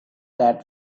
that